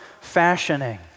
fashioning